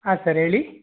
ಹಾಂ ಸರ್ ಹೇಳಿ